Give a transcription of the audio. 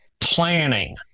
planning